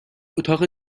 اتاق